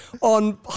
on